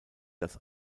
das